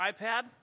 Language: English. iPad